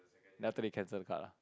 then after they cancel the card ah